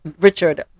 Richard